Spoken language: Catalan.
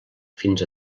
fins